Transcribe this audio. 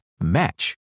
match